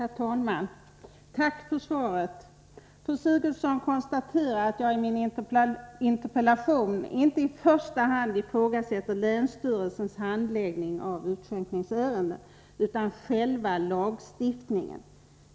Herr talman! Jag tackar för svaret. Fru Sigurdsen konstaterar att jag i min interpellation inte i första hand ifrågasätter länsstyrelsens handläggning av utskänkningsärenden utan själva lagstiftningen.